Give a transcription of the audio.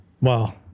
Wow